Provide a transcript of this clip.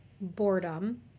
boredom